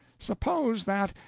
suppose that,